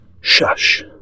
Shush